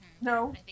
No